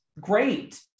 great